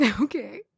Okay